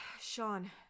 Sean